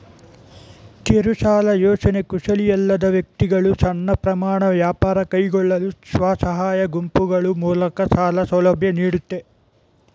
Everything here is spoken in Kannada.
ಕಿರುಸಾಲ ಯೋಜ್ನೆ ಕುಶಲಿಯಲ್ಲದ ವ್ಯಕ್ತಿಗಳು ಸಣ್ಣ ಪ್ರಮಾಣ ವ್ಯಾಪಾರ ಕೈಗೊಳ್ಳಲು ಸ್ವಸಹಾಯ ಗುಂಪುಗಳು ಮೂಲಕ ಸಾಲ ಸೌಲಭ್ಯ ನೀಡುತ್ತೆ